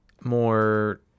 more